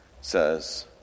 says